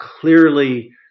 clearly